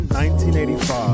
1985